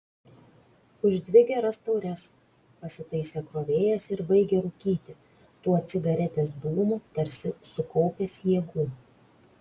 už dvi geras taures pasitaisė krovėjas ir baigė rūkyti tuo cigaretės dūmu tarsi sukaupęs jėgų